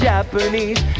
Japanese